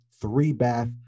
three-bath